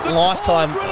lifetime